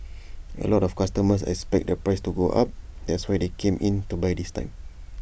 A lot of customers expected the price to go up that's why they came in to buy this time